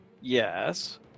Yes